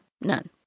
None